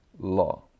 law